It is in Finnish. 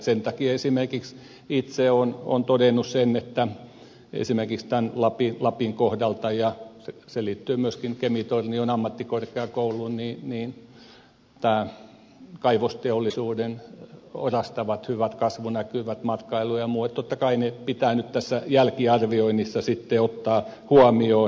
sen takia esimerkiksi itse olen todennut sen että kun esimerkiksi tämän lapin kohdalla ja se liittyy myöskin kemi tornion ammattikorkeakouluun on nämä kaivosteollisuuden orastavat hyvät kasvunäkymät matkailu ja muu niin totta kai ne pitää nyt tässä jälkiarvioinnissa sitten ottaa huomioon